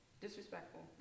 disrespectful